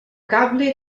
cable